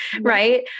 right